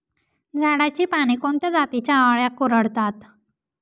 झाडाची पाने कोणत्या जातीच्या अळ्या कुरडतात?